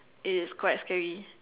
is quite scary